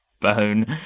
bone